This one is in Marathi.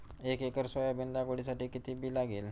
एक एकर सोयाबीन लागवडीसाठी किती बी लागेल?